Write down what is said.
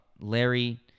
Larry